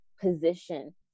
position